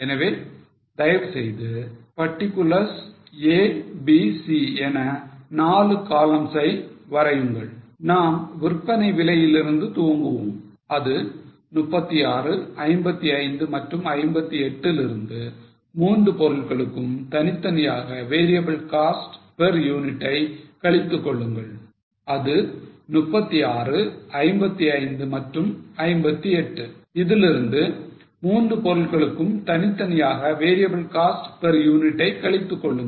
எனவே தயவு செய்து particulars A B C என 4 columns ஐ வரையுங்கள் நாம் விற்பனை விலையிலிருந்து துவங்குவோம் அது 36 55 மற்றும் 58 இதிலிருந்து மூன்று பொருட்களுக்கும் தனித்தனியாக variable cost per unit ஐ கழித்து கொள்ளுங்கள்